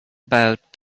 about